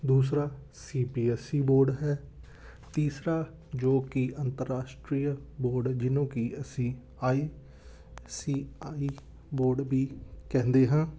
ਦੂਸਰਾ C P S C board ਹੈ ਤੀਸਰਾ ਜੋ ਕਿ ਅੰਤਰਰਾਸ਼ਟਰੀਯ ਬੋਰਡ ਜਿਹਨੂੰ ਕਿ ਅਸੀਂ ਆਈ ਸੀ ਆਈ ਬੋਰਡ ਵੀ ਕਹਿੰਦੇ ਹਾਂ